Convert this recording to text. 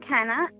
Kenna